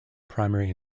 primary